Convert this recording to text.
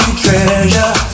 treasure